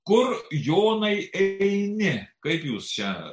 kur jonai eini kaip jūs čia